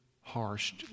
harsh